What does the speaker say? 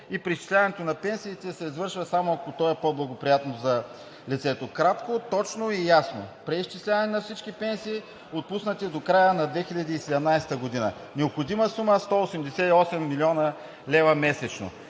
И преизчисляването на пенсиите се извършва само, ако то е по-благоприятно за лицето. Кратко, точно и ясно: преизчисляване на всички пенсии, отпуснати до края на 2017 г. Необходима сума: 188 млн. лв. месечно.